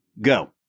go